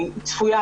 צפויה,